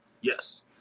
Yes